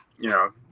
you know